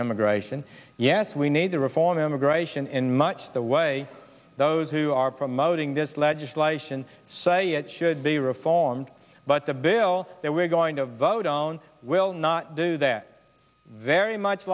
immigration yes we need to reform immigration in much the way those who are promoting this legislation say it should be reformed but the bill that we're going to vote on will not do that very much